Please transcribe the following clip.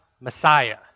Messiah